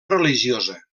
religiosa